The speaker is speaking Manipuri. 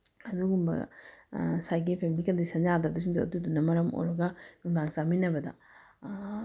ꯑꯗꯨꯒꯨꯝꯕ ꯉꯁꯥꯏꯒꯤ ꯐꯦꯃꯂꯤ ꯀꯟꯗꯤꯁꯟ ꯌꯥꯗꯕꯁꯤꯡꯗꯣ ꯑꯗꯨꯗꯨꯅ ꯃꯔꯝ ꯑꯣꯏꯔꯒ ꯅꯨꯡꯗꯥꯡ ꯆꯥꯃꯤꯟꯅꯕꯗ